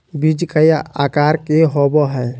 बीज कई आकार के होबो हइ